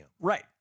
right